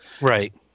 Right